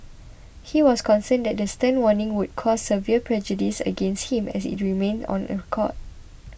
he was concerned that the stern warning would cause severe prejudice against him as it remained on record